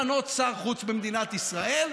למנות שר חוץ במדינת ישראל,